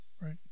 Right